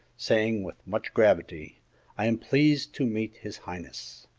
saying, with much gravity i am pleased to meet his highness!